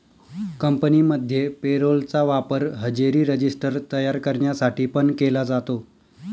कंपनीमध्ये payroll चा वापर हजेरी रजिस्टर तयार करण्यासाठी पण केला जातो